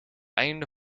einde